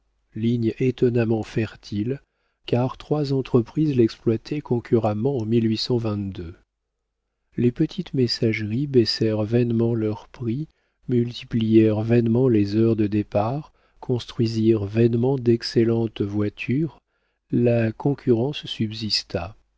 ligne étonnamment fertile car trois entreprises l'exploitaient concurremment les petites messageries baissèrent vainement leurs prix multiplièrent vainement les heures de départ construisirent vainement d'excellentes voitures la concurrence subsista